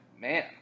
Man